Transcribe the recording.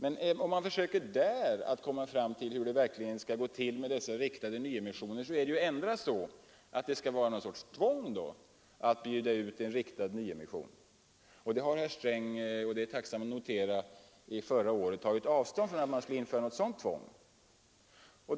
Ett sätt skulle då vara att införa något sorts tvång att bjuda ut en riktad nyemission, men en sådan metod har herr Sträng förra året tagit avstånd från, vilket jag tacksamt noterar.